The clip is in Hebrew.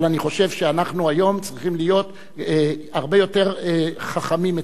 אבל אני חושב שהיום אנחנו צריכים להיות הרבה יותר חכמים מצודקים.